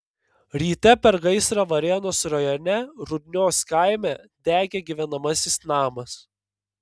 ryte per gaisrą varėnos rajone rudnios kaime degė gyvenamasis namas